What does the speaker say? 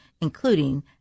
including